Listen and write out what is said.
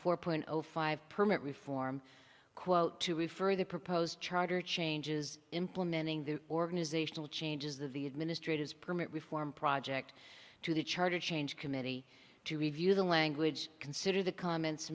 four point zero five permit reform quote to refer the proposed charter changes implementing the organizational changes of the administrators permit reform project to the charter change committee to review the language consider the comments